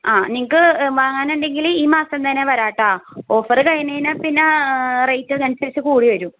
ആ നിങ്ങൾക്ക് വാങ്ങാനുണ്ടെങ്കിൽ ഈ മാസം തന്നെ വരാം കേട്ടോ ഓഫർ കഴിഞ്ഞു കഴിഞ്ഞാൽ പിന്നെ റേറ്റ് അതനുസരിച്ച് കൂടി വരും